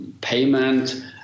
payment